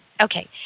okay